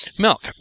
milk